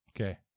Okay